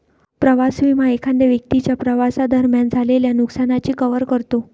प्रवास विमा एखाद्या व्यक्तीच्या प्रवासादरम्यान झालेल्या नुकसानाची कव्हर करतो